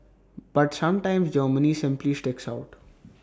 but sometimes Germany simply sticks out